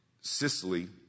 Sicily